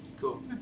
cool